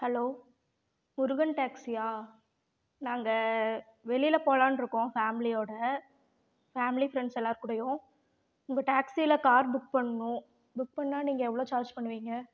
hello Murugan டேக்ஸியா நாங்கள் வெளியில் போலான்ட்ருக்கோம் ஃபேமிலியோட ஃபேமிலி ஃப்ரெண்ட்ஸ் எல்லார்கூடயும் உங்கள் டேக்ஸியில கார் புக் பண்ணணும் புக் பண்ணுணா நீங்கள் எவ்வளோ சார்ஜ் பண்ணுவீங்க